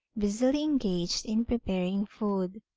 busily engaged in preparing food.